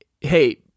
Hey